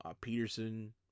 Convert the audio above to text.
Peterson